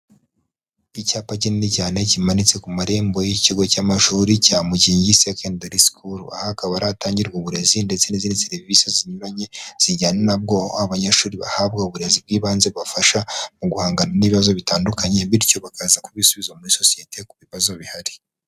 Icyapa kinini cyane kimanitse ku marembo y'ikigo cy'amashuri cya Mukingi Secondary School, aha akaba ari ahatangirwa uburezi ndetse n'izindi serivisi zinyuranye zijyana na bwo; abanyeshuri bahabwa uburezi bw'ibanze bubafasha mu guhangana n'ibibazo bitandukanye, bityo bakaza kuba ibisubizo muri sosiyete ku bibazo bihari.